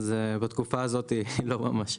זה, בתקופה הזאת, גרוע ממש.